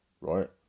right